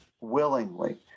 willingly